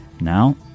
now